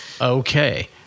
Okay